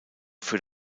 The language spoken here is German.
für